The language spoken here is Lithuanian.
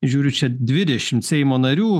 žiūriu čia dvidešimt seimo narių